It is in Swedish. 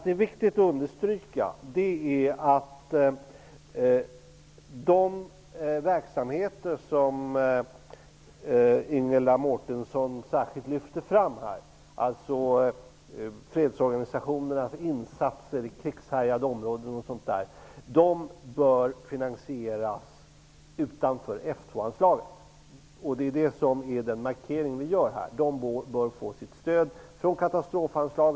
Det är viktigt att understryka att de verksamheter som Ingela Mårtensson särskilt lyfter fram, dvs. fredsorganisationernas insatser i krigshärjade områden och sådant, bör finansieras utanför F 2 anslaget. Det är den markering vi gör. Dessa organisationer bör få sitt stöd från katastrofanslag.